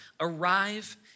arrive